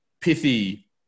pithy